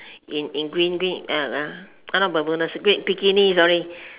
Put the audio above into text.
in in green green uh uh bermudas ah bikini sorry